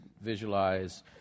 visualize